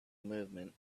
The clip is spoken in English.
movement